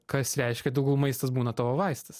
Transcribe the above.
kas reiškia tegul maistas būna tavo vaistas